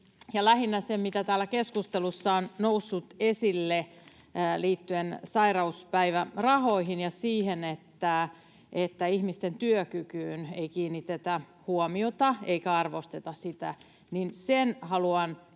Lähinnä sen, mikä täällä keskustelussa on noussut esille liittyen sairauspäivärahoihin ja siihen, että ihmisten työkykyyn ei kiinnitetä huomiota eikä arvosteta sitä, haluan